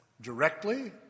Directly